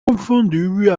confondues